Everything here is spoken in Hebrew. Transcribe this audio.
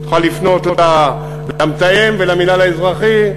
את יכולה לפנות למתאם ולמינהל האזרחי,